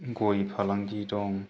गय फालांगि दं